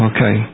Okay